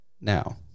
Now